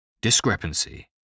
Discrepancy